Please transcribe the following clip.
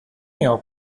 jau